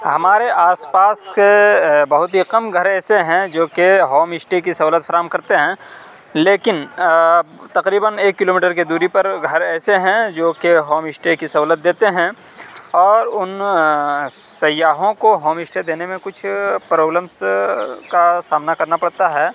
ہمارے آس پاس کے بہت ہی کم گھر ایسے ہیں جو کہ ہوم اسٹے کی سہولت فراہم کرتے ہیں لیکن تقریباً ایک کلو میٹر کی دوری پر گھر ایسے ہیں جو کہ ہوم اسٹے کی سہولت دیتے ہیں اور ان سیاحوں کو ہوم اسٹے دینے میں کچھ پرابلمس کا سامنا کرنا پڑتا ہے